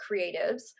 creatives